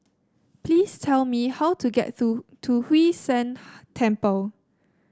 please tell me how to get to to Hwee San Temple